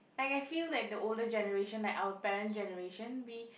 like I feel that the older generation like our parents' generation we